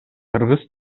кыргыз